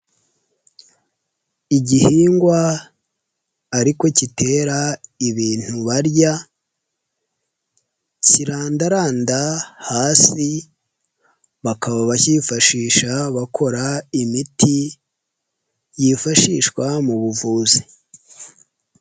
Igihingwa ariko kitera ibintu barya, kirandaranda hasi, bakaba bakiyifashisha bakora imiti yifashishwa mu buvuzi.